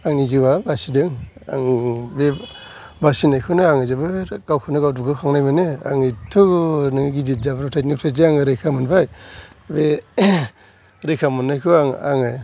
आंनि जिउआ बासिदों आंनि बे बासिनायखौनो आङो जोबोद गावखौनो गाव दुगाखांनाय मोनो आङो एथ'नो गिदिर जाब्रबथायनिफ्रायदि आङो रैखा मोनबाय बे रैखा मोननायखौ आं आङो